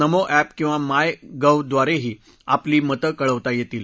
नमो app किंवा माय गव्हद्वारेही आपली मतं कळवता येतील